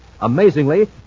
Amazingly